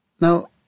Now